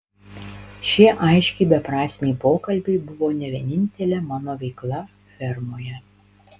šie aiškiai beprasmiai pokalbiai buvo ne vienintelė mano veikla fermoje